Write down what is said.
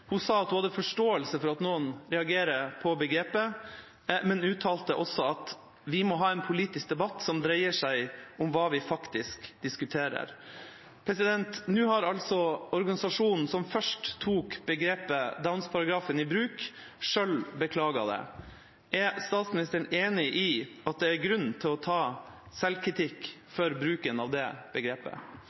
Hun sa at hun hadde forståelse for at noen reagerer på begrepet, men uttalte også at vi må «ha en politisk debatt som dreier seg om hva vi faktisk diskuterer». Nå har organisasjonen som først tok begrepet «Downs-paragrafen» i bruk, selv beklaget det. Er statsministeren enig i at det er grunn til å ta selvkritikk for bruken av det begrepet?